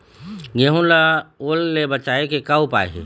गेहूं ला ओल ले बचाए के का उपाय हे?